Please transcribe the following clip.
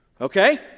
Okay